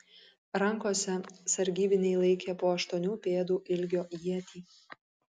rankose sargybiniai laikė po aštuonių pėdų ilgio ietį